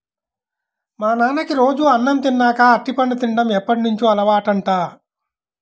మా నాన్నకి రోజూ అన్నం తిన్నాక అరటిపండు తిన్డం ఎప్పటినుంచో అలవాటంట